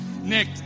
Nick